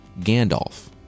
Gandalf